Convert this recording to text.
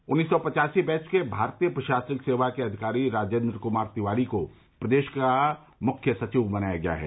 उन्नीस सौ पचासी बैच के भारतीय प्रशासनिक सेवा के अधिकारी राजेन्द्र कुमार तिवारी को प्रदेश का मुख्य सचिव बनाया गया है